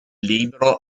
libro